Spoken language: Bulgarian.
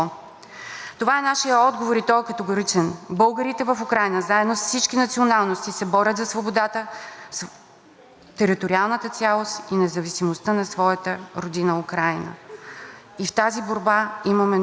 териториалната цялост и независимостта на своята родина Украйна. И в тази борба имаме нужда от помощта на България.“ Това е част от тяхното писмо. Всичко това